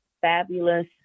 fabulous